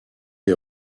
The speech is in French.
des